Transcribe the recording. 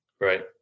Right